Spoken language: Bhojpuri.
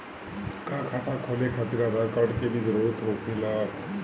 का खाता खोले खातिर आधार कार्ड के भी जरूरत होखेला?